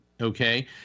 okay